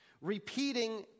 repeating